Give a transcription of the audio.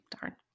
Darn